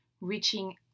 reaching